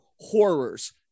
horrors